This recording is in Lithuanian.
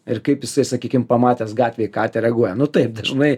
ir kaip jisai sakykim pamatęs gatvėj katę reaguoja nu taip dažnai